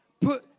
Put